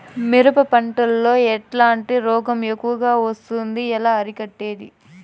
మిరప పంట లో ఎట్లాంటి రోగం ఎక్కువగా వస్తుంది? ఎలా అరికట్టేది?